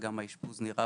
יכול להיות